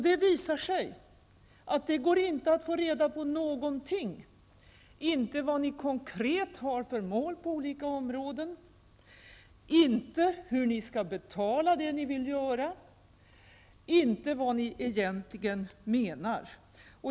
Det visar sig att det inte går att få reda på någonting, inte vad ni konkret har för mål på olika områden, inte hur ni skall betala det ni vill göra och inte vad ni egentligen menar.